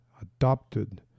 adopted